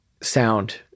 sound